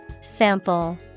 Sample